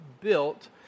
built